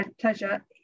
pleasure